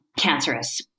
cancerous